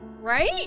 Right